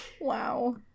wow